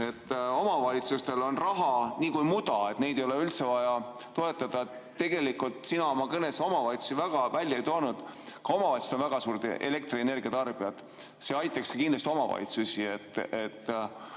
et omavalitsustel on raha nagu muda, et neid ei ole üldse vaja toetada. Sina oma kõnes omavalitsusi väga välja ei toonud. Ka omavalitsused on väga suured elektrienergia tarbijad. See aitaks kindlasti ka omavalitsusi.